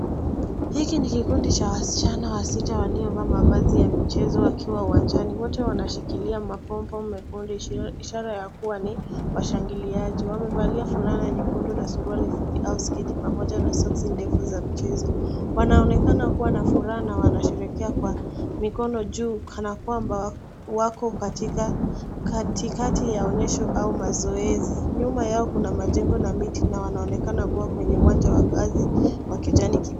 Hili ni kikundi cha wasichana wasita waliovaa mavazi ya michezo wakiwa uwanjani. Wote wanashikilia mapomba mekundu ishara ya kuwa ni washangiliaji. Wamevalia fulana nyekundu na suruali fupi au sketi pamoja na soksi ndefu za michezo. Wanaonekana kuwa na furaha, wanasherehekea kwa mikono juu kana kwamba wako katikati ya onyesho au mazoezi. Nyuma yao kuna majengo na miti na wanaonekana kuwa kwenye uwanja wa kazi wa kijani kibichi.